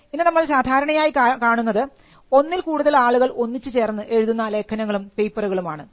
ഇന്ന് നമ്മൾ സാധാരണയായി കാണുന്നത് ഒന്നിൽ കൂടുതൽ ആളുകൾ ഒന്നിച്ച് ചേർന്ന് എഴുതുന്ന ലേഖനങ്ങളും പേപ്പറുകളും ആണ്